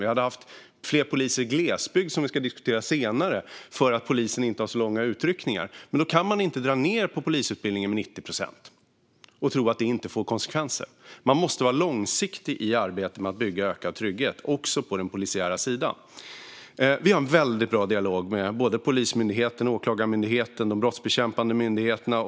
Vi hade haft fler poliser i glesbygd, vilket vi ska diskutera senare, så att polisen inte hade haft så långa utryckningar. Men man kan inte dra ned på polisutbildningen med 90 procent och tro att det inte får konsekvenser. Man måste vara långsiktig i arbetet med att bygga ökad trygghet, också på den polisiära sidan. Vi har en väldigt bra dialog med Polismyndigheten, Åklagarmyndigheten och övriga brottsbekämpande myndigheter.